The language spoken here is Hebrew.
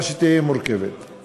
מורכבת ככל שתהיה.